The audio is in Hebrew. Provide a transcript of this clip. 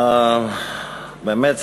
באמת,